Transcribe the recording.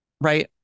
right